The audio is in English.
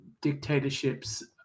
dictatorships